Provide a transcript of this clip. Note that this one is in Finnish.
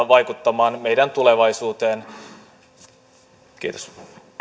vaikuttamaan meidän tulevaisuuteemme kiitos